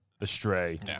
astray